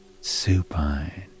supine